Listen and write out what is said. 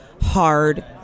hard